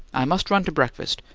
i must run to breakfast.